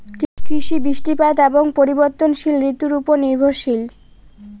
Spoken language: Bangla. কৃষি বৃষ্টিপাত এবং পরিবর্তনশীল ঋতুর উপর নির্ভরশীল